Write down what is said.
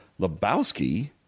Lebowski